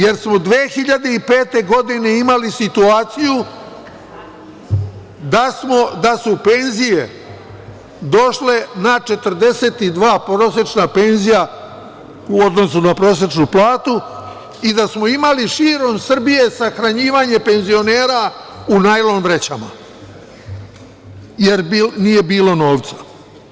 Jer smo 2005. godine imali situaciju da su penzije došle na 42%, prosečna penzija u odnosu na prosečnu platu i da smo imali širom Srbije sahranjivanje penzionera u najlon vrećama, jer nije bilo novca.